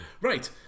right